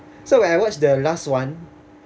so when I watch the last one